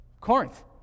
Corinth